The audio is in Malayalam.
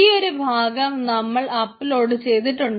ഈയൊരു ഭാഗം നമ്മൾ അപ്ലോഡ് ചെയ്തിട്ടുണ്ട്